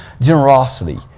generosity